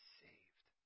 saved